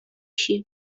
sił